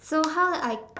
so how did I